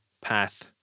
path